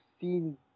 seen